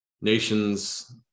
nations